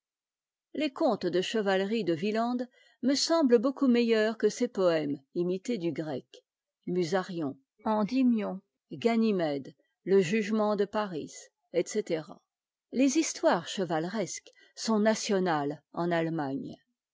les contes de chevalerie de wieland me semblent beaucoup meilleurs que ses poëmes imités du grec afmmrtom endymion ganimède le jugement e mfm etc les histoires chevaleresques sont nationales en allemagne